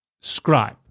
scribe